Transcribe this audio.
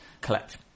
collect